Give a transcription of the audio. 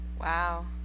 Wow